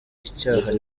icyaha